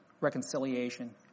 reconciliation